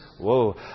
Whoa